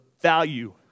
value